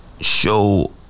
show